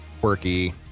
quirky